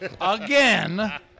again